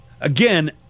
Again